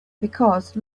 because